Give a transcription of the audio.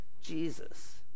Jesus